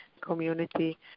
community